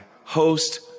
host